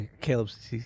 Caleb's